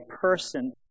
person